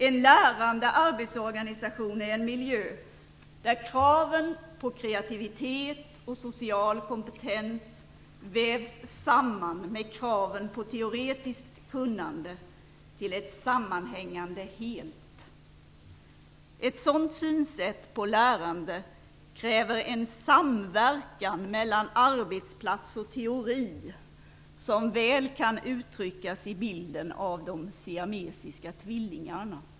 En lärande arbetsorganisation är en miljö där kraven på kreativitet och social kompetens vävs samman med kraven på teoretiskt kunnande till ett sammanhängande helt. Ett sådant synsätt på lärande kräver en samverkan mellan arbetsplats och teori som väl kan uttryckas i bilden av de siamesiska tvillingarna.